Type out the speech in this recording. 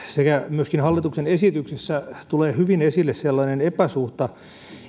myöskin hallituksen esityksessä tuli hyvin esille sellainen epäsuhta